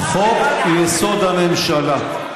חוק-יסוד: הממשלה.